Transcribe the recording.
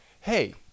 hey